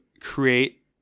create